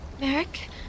Merrick